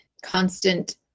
constant